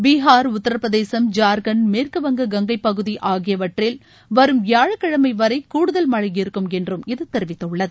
பீஹார் உத்திரபிரதேசம் ஜார்க்கண்ட் மேற்கு வங்க கங்கை பகுதி ஆகியவற்றில் வரும் வியாழக்கிழமை வரை கூடுதல் மழை இருக்கும் என்று இது தெரிவித்துள்ளது